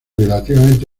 relativamente